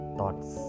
Thoughts